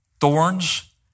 thorns